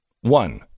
One